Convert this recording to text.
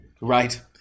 Right